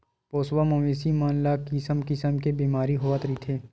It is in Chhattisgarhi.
पोसवा मवेशी मन ल किसम किसम के बेमारी होवत रहिथे